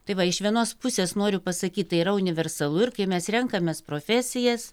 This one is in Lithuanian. tai va iš vienos pusės noriu pasakyt tai yra universalu ir kai mes renkamės profesijas